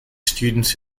students